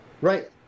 Right